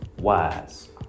wise